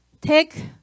Take